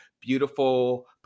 beautiful